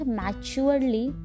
maturely